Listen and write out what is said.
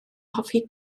hoffi